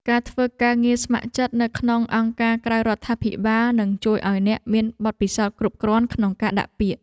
ការធ្វើការងារស្ម័គ្រចិត្តនៅក្នុងអង្គការក្រៅរដ្ឋាភិបាលនឹងជួយឱ្យអ្នកមានបទពិសោធន៍គ្រប់គ្រាន់ក្នុងការដាក់ពាក្យ។